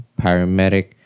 Paramedic